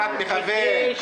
כבר הייתי